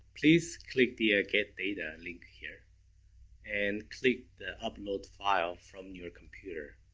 please click the ah get data link here and click the upload file from your computer.